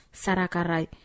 sarakarai